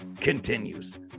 continues